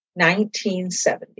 1970